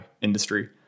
industry